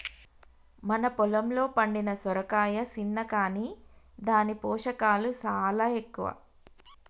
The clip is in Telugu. మన పొలంలో పండిన సొరకాయ సిన్న కాని దాని పోషకాలు సాలా ఎక్కువ